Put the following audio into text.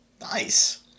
Nice